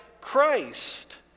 Christ